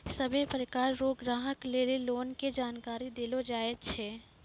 सभ्भे प्रकार रो ग्राहक लेली लोन के जानकारी देलो जाय छै